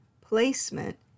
placement